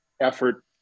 effort